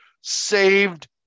saved